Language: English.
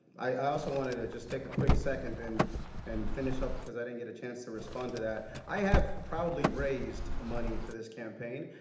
i also wanted to just take a quick second and and finish up, because i didn't get a chance to respond to that. i have proudly raised money for this campaign.